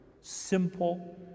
Simple